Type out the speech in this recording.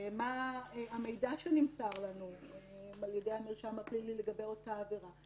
מה המידע שנמסר לנו על ידי המרשם הפלילי לגבי אותה עבירה.